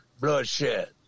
bloodshed